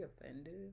offended